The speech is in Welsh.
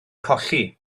colli